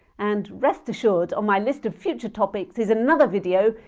and rest assured, on my list of future topics is another video,